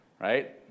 right